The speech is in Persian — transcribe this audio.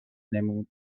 نمود